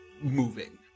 moving